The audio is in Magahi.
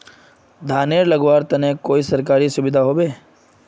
धानेर लगवार तने कोई सरकारी सुविधा होबे?